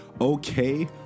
okay